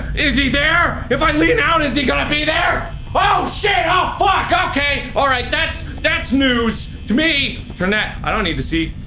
is he there? if i lean out is he gonna be there! oh so ah fuck okay alright that that's that's news to me! turn that i don't need to see.